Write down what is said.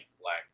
Black